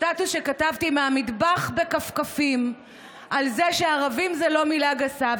סטטוס שכתבתי מהמטבח בכפכפים על זה שערבים זה לא מילה גסה,